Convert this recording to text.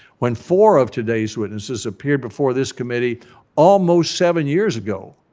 when four of today's witnesses appeared before this committee almost seven years ago,